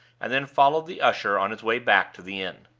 and then followed the usher on his way back to the inn.